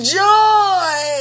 joy